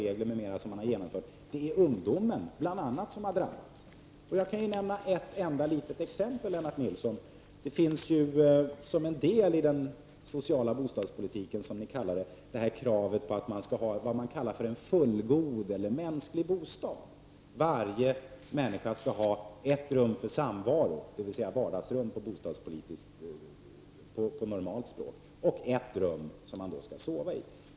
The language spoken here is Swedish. Bl.a. har just ungdomen drabbats. Jag kan nämna ett enda litet exempel, Lennart Nilsson. Som en del av den sociala bostadspolitiken finns kravet att man skall ha en s.k. fullgod eller mänsklig bostad. Varje människa skall ha ett rum för samvaro, dvs. vardagsrum på normalspråk, och ett rum som man skall sova i.